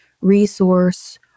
resource